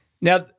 Now